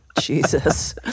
Jesus